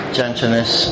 gentleness